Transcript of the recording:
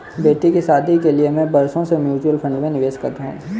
बेटी की शादी के लिए मैं बरसों से म्यूचुअल फंड में निवेश कर रहा हूं